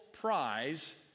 prize